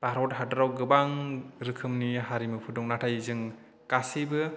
भारत हादरआव गोबां रोखोमनि हारिमुफोर दं नाथाय जों गासिबो